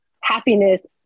happiness